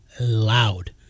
loud